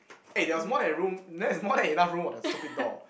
eh there was more than room there is more than enough room for the stupid door